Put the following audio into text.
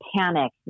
panic